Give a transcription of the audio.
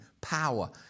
power